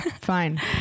fine